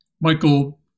Michael